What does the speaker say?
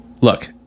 Look